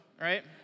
Right